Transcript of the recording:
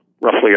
roughly